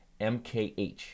MKH